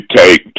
take